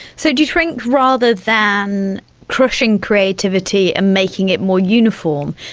so do you think rather than crushing creativity and making it more uniform,